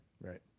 right